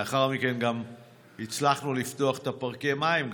לאחר מכן הצלחנו לפתוח את פארקי המים,